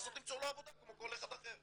לנסות למצוא לו עבודה כמו כל אחד אחר.